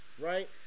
right